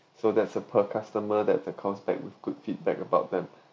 so that's a per customer that accounts back with good feedback about them